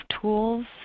tools